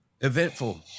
Eventful